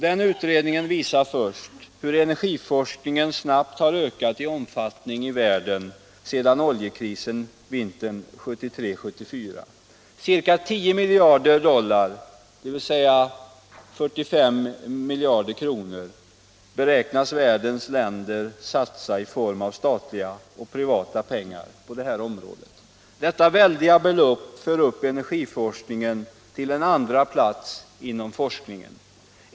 Den utredningen visar först hur energiforskningen snabbt har ökat i omfattning i världen sedan oljekrisen vintern 1973-1974. Ca 10 miljarder dollar, dvs. 45 miljarder kronor, beräknas världens länder satsa i form av statliga och privata pengar på detta område. Detta väldiga belopp för upp energiforskningen till en andraplats inom forskningen.